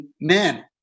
man